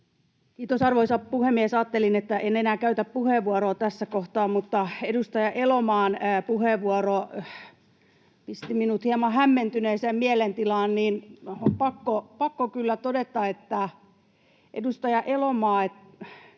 Kiitos, arvoisa puhemies! Ajattelin, että en enää käytä puheenvuoroa tässä kohtaa, mutta edustaja Elomaan puheenvuoro pisti minut hieman hämmentyneeseen mielentilaan. On pakko kyllä todeta, edustaja Elomaa,